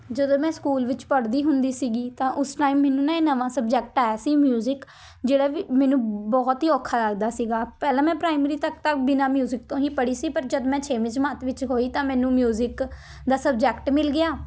ਜਦੋਂ ਮੈਂ ਸਕੂਲ ਵਿੱਚ ਪੜ੍ਹਦੀ ਹੁੰਦੀ ਸੀਗੀ ਤਾਂ ਉਸ ਟਾਈਮ ਮੈਨੂੰ ਨਾ ਇਹ ਨਵਾਂ ਸਬਜੈਕਟ ਆਇਆ ਸੀ ਮਿਊਜ਼ਿਕ ਜਿਹੜਾ ਵੀ ਮੈਨੂੰ ਬਹੁਤ ਹੀ ਔਖਾ ਲੱਗਦਾ ਸੀਗਾ ਪਹਿਲਾਂ ਮੈਂ ਪ੍ਰਾਈਮਰੀ ਤੱਕ ਤਾਂ ਬਿਨਾਂ ਮਿਊਜ਼ਿਕ ਤੋਂ ਹੀ ਪੜ੍ਹੀ ਸੀ ਪਰ ਜਦ ਮੈਂ ਛੇਵੀਂ ਜਮਾਤ ਵਿੱਚ ਹੋਈ ਤਾਂ ਮੈਨੂੰ ਮਿਊਜ਼ਿਕ ਦਾ ਸਬਜੈਕਟ ਮਿਲ ਗਿਆ